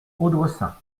audressein